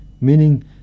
meaning